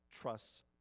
trusts